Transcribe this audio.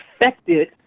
affected